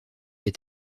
est